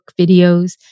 videos